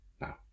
Now